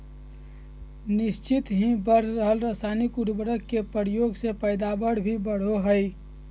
निह्चित ही बढ़ रहल रासायनिक उर्वरक के प्रयोग से पैदावार भी बढ़ो हइ